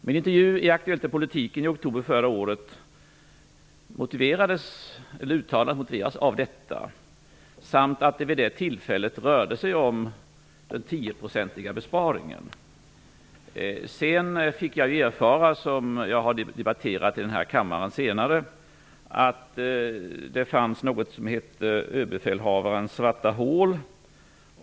Mitt uttalande i Aktuellt i politiken i oktober förra året motiverades av detta. Vid det tillfället rörde det sig om den 10-procentiga besparingen. Sedan fick jag erfara - och det har jag senare debatterat i denna kammare - att det fanns något som hette Överbefälhavarens svarta hål.